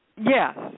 Yes